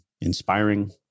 inspiring